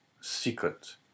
secret